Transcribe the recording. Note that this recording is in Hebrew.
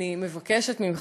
אני מבקשת ממך,